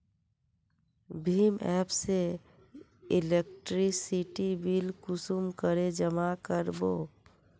भीम app से electricity bill कुंसम करे जमा कर बो?